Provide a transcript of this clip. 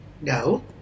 No